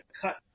cut